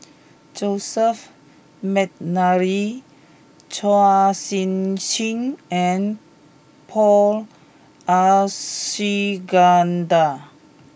Joseph McNally Chua Sian Chin and Paul Abisheganaden